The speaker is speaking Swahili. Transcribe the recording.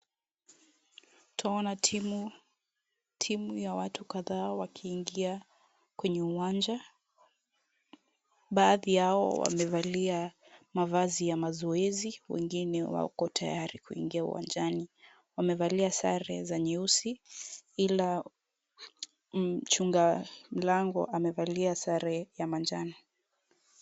Twaona timu, timu ya watu kadhaa wakiingia kwenye uwanja, baadhi yao wamevalia mavazi ya mazoezi wengine wako tayari kuingia uwanjani. Wamevalia sare za nyeusi ila mchunga mlango amevalia sare ya manjano.